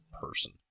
person